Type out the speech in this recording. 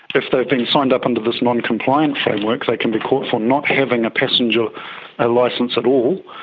if they've been signed up under this non-compliant framework they can be caught for not having a passenger ah licence at all,